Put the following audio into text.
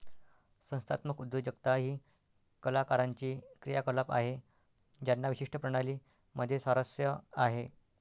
संस्थात्मक उद्योजकता ही कलाकारांची क्रियाकलाप आहे ज्यांना विशिष्ट प्रणाली मध्ये स्वारस्य आहे